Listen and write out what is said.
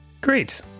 Great